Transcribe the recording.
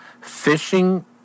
Fishing